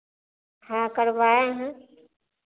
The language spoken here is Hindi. हाँ करवाए हैं